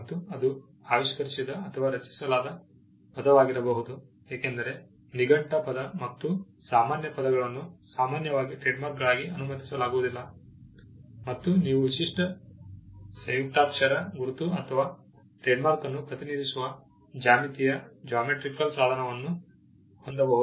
ಮತ್ತು ಅದು ಆವಿಷ್ಕರಿಸಿದ ಅಥವಾ ರಚಿಸಲಾದ ಪದವಾಗಿರಬಹುದು ಏಕೆಂದರೆ ನಿಘಂಟು ಪದ ಮತ್ತು ಸಾಮಾನ್ಯ ಪದಗಳನ್ನು ಸಾಮಾನ್ಯವಾಗಿ ಟ್ರೇಡ್ಮಾರ್ಕ್ಗಳಾಗಿ ಅನುಮತಿಸಲಾಗುವುದಿಲ್ಲ ಮತ್ತು ನೀವು ವಿಶಿಷ್ಟ ಸಂಯುಕ್ತಾಕ್ಷರ ಗುರುತು ಅಥವಾ ಟ್ರೇಡ್ಮಾರ್ಕ್ ಅನ್ನು ಪ್ರತಿನಿಧಿಸುವ ಜ್ಯಾಮಿತೀಯ ಸಾಧನವನ್ನು ಹೊಂದಬಹುದು